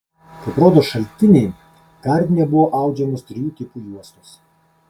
kaip rodo šaltiniai gardine buvo audžiamos trijų tipų juostos